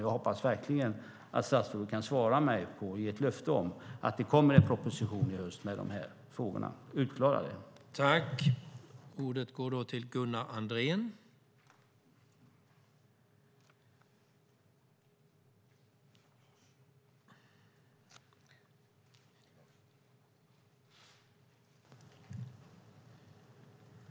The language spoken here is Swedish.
Jag hoppas att statsrådet kan svara mig och ge ett löfte om att det kommer en proposition i höst där dessa frågor klarats ut.